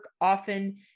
often